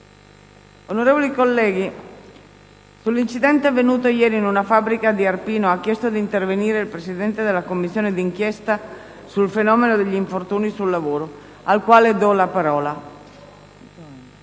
Onorevoli colleghi, sull'incidente avvenuto ieri in una fabbrica di Arpino ha chiesto di intervenire il Presidente della Commissione di inchiesta sul fenomeno degli infortuni sul lavoro, al quale do subito la parola.